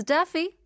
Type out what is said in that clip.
Duffy